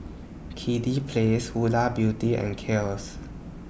Kiddy Palace Huda Beauty and Kiehl's